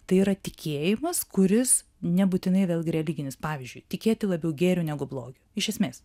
tai yra tikėjimas kuris nebūtinai vėlgi religinis pavyzdžiui tikėti labiau gėriu negu blogiu iš esmės